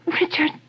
Richard